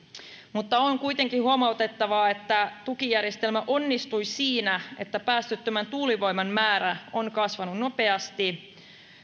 mutta on kuitenkin huomautettava että tukijärjestelmä onnistui siinä että päästöttömän tuulivoiman määrä on kasvanut nopeasti